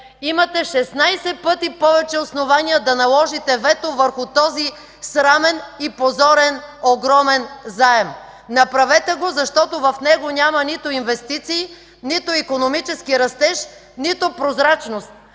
имате 16 пъти повече основания да наложите вето върху този срамен и позорен огромен заем. Направете го, защото в него няма нито инвестиции, нито икономически растеж, нито прозрачност!